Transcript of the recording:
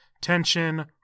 Tension